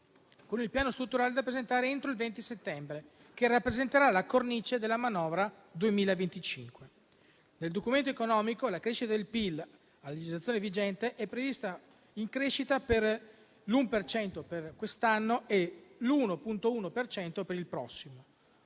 con il Piano strutturale da presentare entro il 20 settembre, che rappresenterà la cornice della manovra 2025. Nel Documento economico la crescita del PIL a legislazione vigente è pari all'1 per cento per quest'anno e all'1,1 per cento per il prossimo;